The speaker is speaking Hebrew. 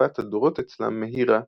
שתחלופת הדורות אצלם מהירה,